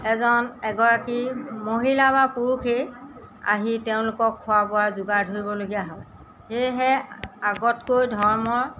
এজন এগৰাকী মহিলা বা পুৰুষেই আহি তেওঁলোকক খোৱা বোৱা যোগাৰ ধৰিবলগীয়া হয় সেয়েহে আগতকৈ ধৰ্মৰ